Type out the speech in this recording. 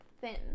thin